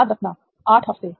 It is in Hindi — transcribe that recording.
याद रखना 8 हफ्ते